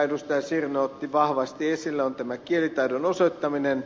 sirnö otti vahvasti esille on tämä kielitaidon osoittaminen